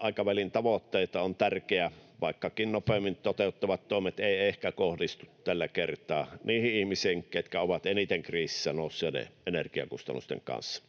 aikavälin tavoitteita, on tärkeä, vaikkakin nopeimmin toteutettavat toimet eivät ehkä kohdistu tällä kertaa niihin ihmisiin, ketkä ovat eniten kriisissä nousseiden energiakustannusten kanssa.